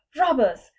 robbers